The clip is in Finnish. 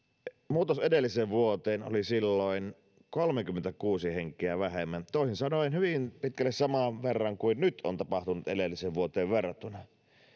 muutos edelliseen vuoteen oli silloin kolmekymmentäkuusi henkeä vähemmän toisin sanoen hyvin pitkälle saman verran kuin nyt on tapahtunut edelliseen vuoteen verrattuna